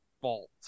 fault